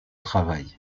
travail